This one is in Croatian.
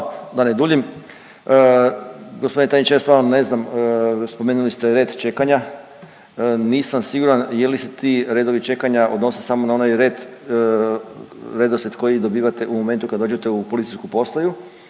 No, da ne duljim gospodine tajniče ja stvarno ne znam spomenuli ste i red čekanja, nisam siguran je li se ti redovi čekanja odnose samo na onaj red, redoslijed koji dobivate u momentu kada dođete u policijsku postaju